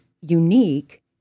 unique